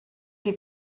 die